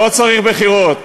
לא צריך בחירות.